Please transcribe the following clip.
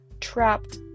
trapped